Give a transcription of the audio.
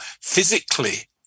physically